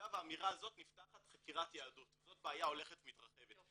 ואגב האמירה הזאת נפתחת חקירת יהדות וזאת בעיה הולכת ומתרחבת.